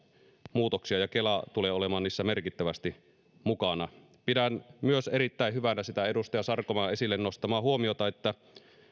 muutoksia ja kela tulee olemaan niissä merkittävästi mukana pidän erittäin hyvänä myös sitä edustaja sarkomaan esille nostamaa huomiota että